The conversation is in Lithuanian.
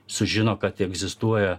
sužino kad egzistuoja